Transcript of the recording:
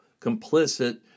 complicit